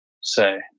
say